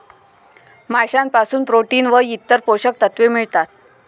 माशांपासून प्रोटीन व इतर पोषक तत्वे मिळतात